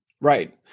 Right